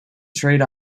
trade